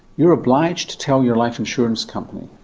you're obliged to tell your life insurance company.